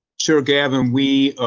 so, gavin, we,